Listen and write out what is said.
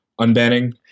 unbanning